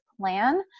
plan